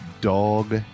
Dog